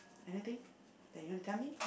anything that you want to tell me